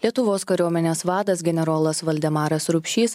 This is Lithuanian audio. lietuvos kariuomenės vadas generolas valdemaras rupšys